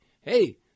Hey